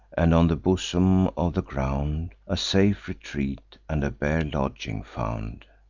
and, on the bosom of the ground, a safe retreat and a bare lodging found.